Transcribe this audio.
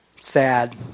sad